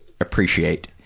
appreciate